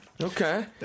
okay